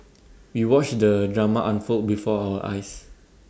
we watched the drama unfold before our eyes